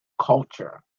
culture